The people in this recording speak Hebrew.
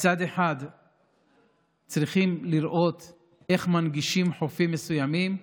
שמצד אחד צריכים לראות איך מנגישים חופים מסוימים,